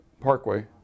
Parkway